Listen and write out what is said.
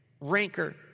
rancor